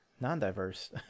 non-diverse